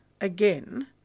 again